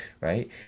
right